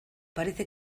parece